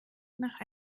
nach